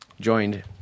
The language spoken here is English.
joined